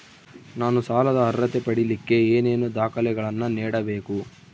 ನಾನು ಸಾಲದ ಅರ್ಹತೆ ಪಡಿಲಿಕ್ಕೆ ಏನೇನು ದಾಖಲೆಗಳನ್ನ ನೇಡಬೇಕು?